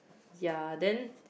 ya then